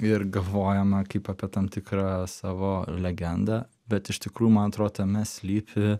ir galvojama kaip apie tam tikrą savo legendą bet iš tikrųjų man atrodo tame slypi